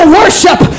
worship